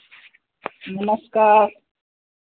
नमस्कार